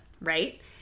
Right